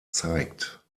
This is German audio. zeigt